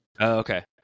okay